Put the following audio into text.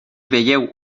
veieu